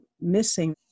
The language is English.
missing